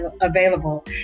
available